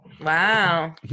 Wow